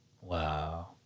Wow